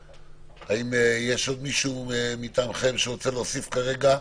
האם יש עוד מישהו מטעמכם שרוצה להוסיף דבר מה כרגע?